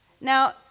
Now